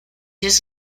his